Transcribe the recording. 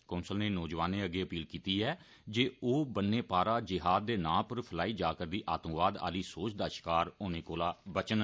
council नै नौजवानें अग्गै अपील कीती ऐ जे ओह ब'न्ने पारा जिहाद दे नां पर फैलाई जा'रदी आतंकवाद आली सोच दा षिकार होने कोला बचन